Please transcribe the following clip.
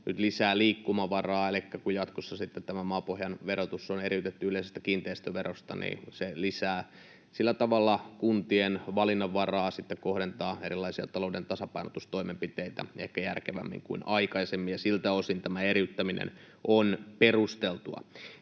lisää liikkumavaraa. Elikkä kun jatkossa tämä maapohjan verotus on eriytetty yleisestä kiinteistöverosta, niin se lisää sillä tavalla kuntien valinnanvaraa kohdentaa erilaisia talouden tasapainotustoimenpiteitä ehkä järkevämmin kuin aikaisemmin, ja siltä osin tämä eriyttäminen on perusteltua.